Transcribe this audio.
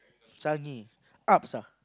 Changi ups ah